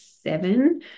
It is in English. seven